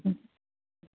हं